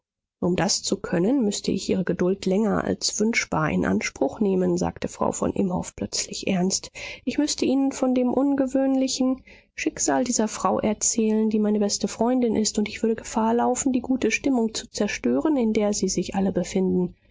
um das zu können müßte ich ihre geduld länger als wünschbar in anspruch nehmen sagte frau von imhoff plötzlich ernst ich müßte ihnen von dem ungewöhnlichen schicksal dieser frau erzählen die meine beste freundin ist und ich würde gefahr laufen die gute stimmung zu zerstören in der sie sich alle befinden